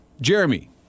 Jeremy